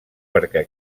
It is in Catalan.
perquè